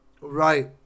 Right